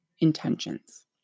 intentions